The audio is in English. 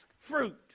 fruit